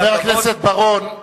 חבר הכנסת בר-און,